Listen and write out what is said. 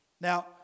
Now